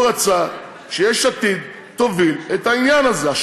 הוא רצה שיש עתיד תוביל את העניין הזה.